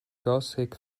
gothic